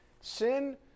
Sin